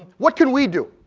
what can we do?